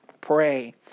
pray